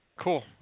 Cool